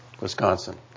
Wisconsin